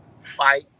fight